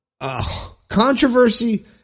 Controversy